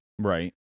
Right